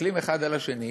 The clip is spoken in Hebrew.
מסתכלים אחד על השני,